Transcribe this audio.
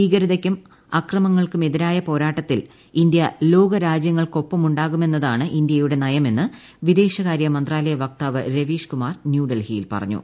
ഭീകരതയ്ക്കും അക്രമങ്ങൾക്കും എതിരായ പോരാട്ടത്തിൽ ലോകരാജൃങ്ങൾക്കൊപ്പമുണ്ടാകുമെന്നതാണ് ഇന്തൃയൂടെ നയമെന്ന് വിദേശകാര്യ മന്ത്രാലയ വക്താവ് രവീഷ്കുമാർ ന്യൂഡൽഹിയിൽ പറഞ്ഞു